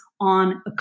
on